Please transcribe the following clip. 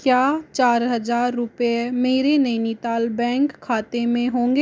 क्या चार हज़ार रुपये मेरे नैनीताल बैंक खाते में होंगे